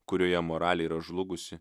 kurioje moralė yra žlugusi